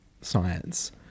science